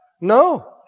no